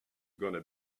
gonna